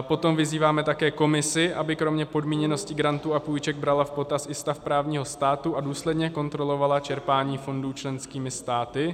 Potom vyzýváme také Komisi, aby kromě podmíněnosti grantů a půjček brala v potaz i stav právního státu a důsledně kontrolovala čerpání fondů členskými státy.